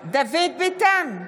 ביטן,